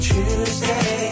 Tuesday